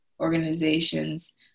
organizations